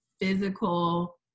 physical